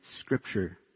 Scripture